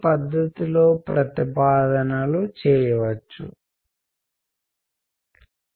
మొట్టమొదటి ప్రాథమిక ఇంట్లో మూలాధారము ఏమిటంటే ఎలాంటి కమ్యూనికేషన్ లో నైనా సరే ఒక పంపినవారు మరియు స్వీకరించేవారు ఉంటారు